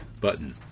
button